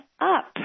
up